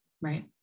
right